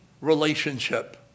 relationship